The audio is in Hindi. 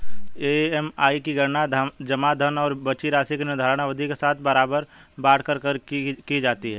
ई.एम.आई की गणना जमा धन और बची राशि को निर्धारित अवधि के साथ बराबर बाँट कर की जाती है